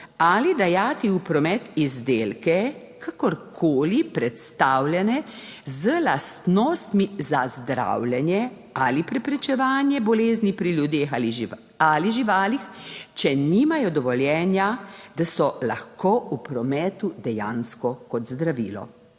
ali dajati v promet izdelke, kakorkoli predstavljene z lastnostmi za zdravljenje ali preprečevanje bolezni pri ljudeh ali živalih, če nimajo dovoljenja, da so lahko v prometu, dejansko kot zdravilo.